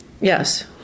yes